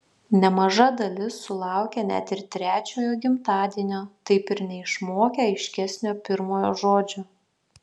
nemaža dalis sulaukia net ir trečiojo gimtadienio taip ir neišmokę aiškesnio pirmojo žodžio